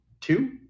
two